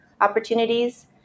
opportunities